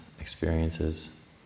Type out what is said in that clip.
experiences